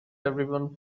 everyone